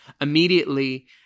immediately